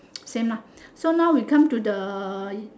same lah so now we come to the